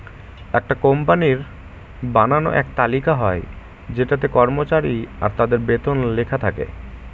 একটা কোম্পানির বানানো এক তালিকা হয় যেটাতে কর্মচারী আর তাদের বেতন লেখা থাকে